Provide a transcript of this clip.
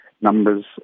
numbers